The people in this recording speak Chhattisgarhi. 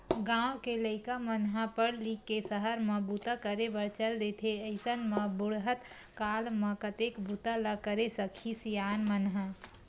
गाँव के लइका मन ह पड़ लिख के सहर म बूता करे बर चल देथे अइसन म बुड़हत काल म कतेक बूता ल करे सकही सियान मन ह